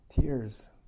Tears